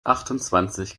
achtundzwanzig